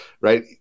Right